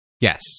Yes